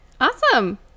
Awesome